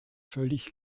völlig